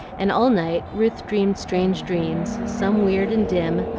and all night ruth dreamed strange dreams, some weird and dim,